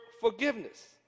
forgiveness